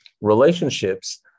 relationships